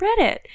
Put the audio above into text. reddit